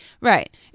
Right